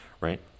right